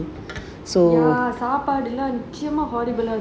ya சாப்பாடு எல்லாம் நிச்சயமா:saapaadu ellaam nichayamaa